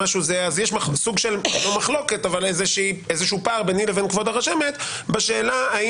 אז יש סוג של מחלוקת אבל איזשהו פער ביני לבין כבוד הרשמת בשאלה מה